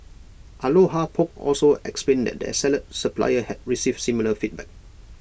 aloha poke also explained that their salad supplier had received similar feedback